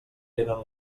eren